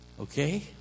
Okay